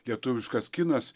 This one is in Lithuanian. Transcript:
lietuviškas kinas